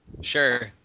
Sure